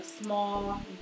small